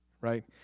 right